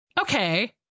Okay